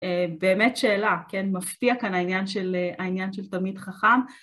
באמת שאלה מפתיעה כאן העניין של תמיד חכם